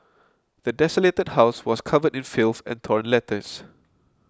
the desolated house was covered in filth and torn letters